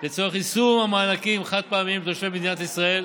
לצורך יישום המענקים החד-פעמיים לתושבי מדינת ישראל,